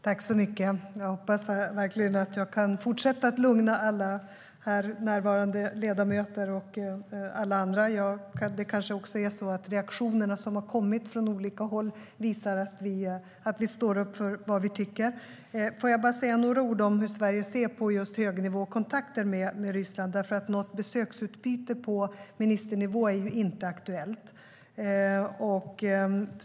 Herr talman! Jag hoppas verkligen att jag kan fortsätta lugna alla här närvarande ledamöter och alla andra. De reaktioner som har kommit från olika håll visar också att vi står upp för vad vi tycker. Låt mig bara säga några ord om hur Sverige ser på just högnivåkontakter med Ryssland. Något besöksutbyte på ministernivå är inte aktuellt.